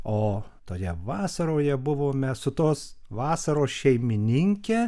o toje vasaroje buvome su tos vasaros šeimininke